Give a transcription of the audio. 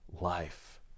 life